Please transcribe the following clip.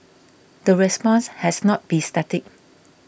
the response has not be static